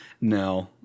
no